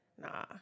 nah